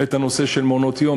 את הנושא של מעונות-יום,